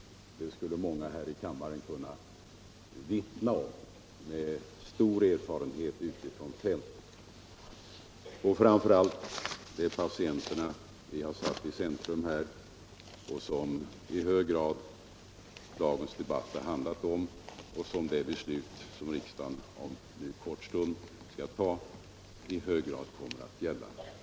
Det skulle många här i kammaren kunna vittna om med stor erfarenhet från arbetet ute på fältet. Det är framför allt patienterna som vi har satt i centrum, som dagens debatt i hög grad har handlat om och som det beslut riksdagen om en kort stund skall fatta i hög grad kommer att gälla.